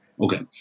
Okay